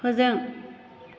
फोजों